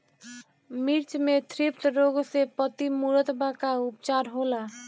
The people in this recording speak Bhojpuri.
मिर्च मे थ्रिप्स रोग से पत्ती मूरत बा का उपचार होला?